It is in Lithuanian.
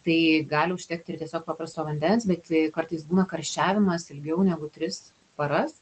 tai gali užtekti ir tiesiog paprasto vandens bet kartais būna karščiavimas ilgiau negu tris paras